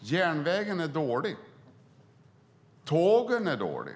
Järnvägen är dålig. Tågen är dåliga.